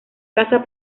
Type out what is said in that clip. casa